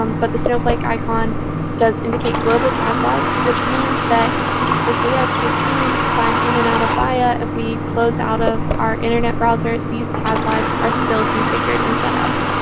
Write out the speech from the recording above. um but the snowflake icon does indicate global cas libs, which means that if we, as christine, sign in and out of viya, ah if we close out of our internet browser, these cas libs are still configured and set up.